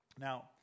Now